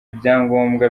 ibyangombwa